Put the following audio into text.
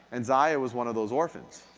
and zaya was one of those orphans.